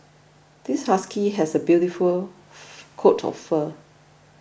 this husky has a beautiful coat of fur